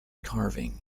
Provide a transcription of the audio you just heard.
carving